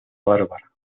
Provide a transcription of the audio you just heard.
bárbara